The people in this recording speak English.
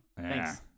Thanks